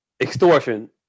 extortion